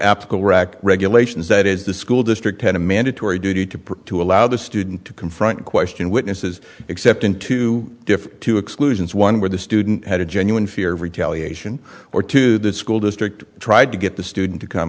apical rock regulations that is the school district had a mandatory duty to protect allow the student to confront question witnesses except in to defer to exclusions one where the student had a genuine fear of retaliation or two that school district tried to get the student to come